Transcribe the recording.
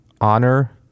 Honor